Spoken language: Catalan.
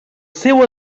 seu